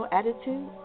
attitude